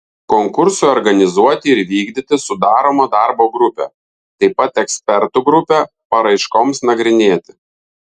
konkursui organizuoti ir vykdyti sudaroma darbo grupė taip pat ekspertų grupė paraiškoms nagrinėti